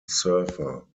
surfer